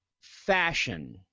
Fashion